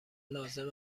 لازم